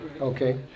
Okay